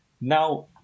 Now